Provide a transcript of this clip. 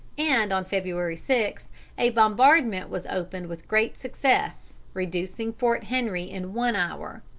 and on february six a bombardment was opened with great success, reducing fort henry in one hour.